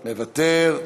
מוותר,